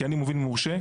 כי אני מוביל מורשה.